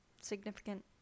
significant